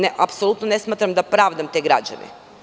Ne, apsolutno ne smatram da pravdam te građane.